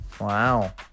Wow